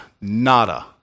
nada